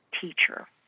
teacher